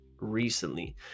recently